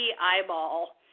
eyeball